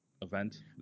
event